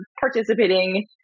participating